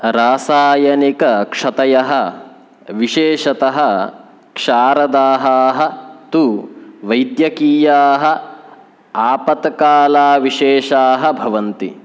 रासायनिक क्षतयः विशेषतः क्षारदाहाः तु वैद्यकीयाः आपत्कालाविशेषाः भवन्ति